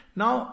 now